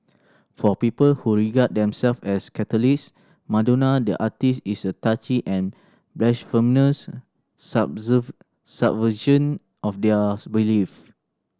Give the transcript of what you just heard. for people who regard themselves as Catholics Madonna the artiste is a touchy and blasphemous subversion of their belief